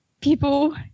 people